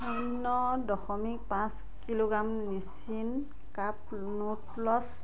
শূন্য দশমিক পাঁচ কিলোগ্ৰাম নিচিন কাপ নুডলছ